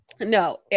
No